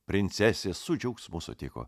princesė su džiaugsmu sutiko